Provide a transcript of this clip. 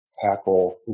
tackle